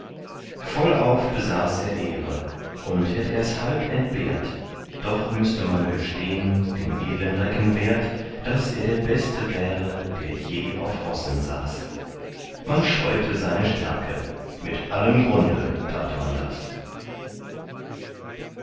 vollauf besaß er ehre und hätt ers halb entbehrt doch müßte man gestehn dem edlen recken wert daß er der beste wäre der je auf rossen saß man scheute seine stärke mit allem grunde tat man das